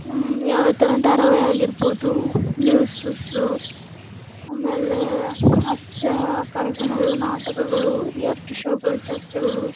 ಯಾವ ಯಾವ ಥರ ಒಂದು ಧಾರವಾಹಿ ಆಗಿರ್ಬೋದು ನ್ಯೂಸಸ್ಸು ಆಮೇಲೆ ಹಾಸ್ಯ ಕಾರ್ಯಕ್ರಮಗಳು ನಾಟಕಗಳು ರಿಯಾಲಿಟಿ ಷೋಗಳು ಚರ್ಚೆಗಳು